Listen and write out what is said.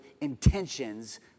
intentions